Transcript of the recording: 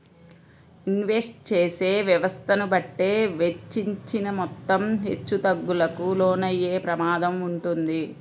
invest చేసే వ్యవస్థను బట్టే వెచ్చించిన మొత్తం హెచ్చుతగ్గులకు లోనయ్యే ప్రమాదం వుంటది